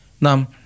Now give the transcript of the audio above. Nam